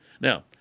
Now